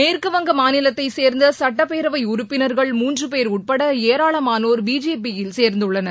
மேற்குவங்க மாநிலத்தை சேர்ந்த சட்டப் பேரவை உறுப்பினர்கள் மூன்று பேர் உட்பட ஏராளமானோர் பிஜேபி யில் சேர்ந்துள்ளனர்